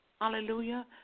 hallelujah